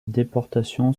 déportation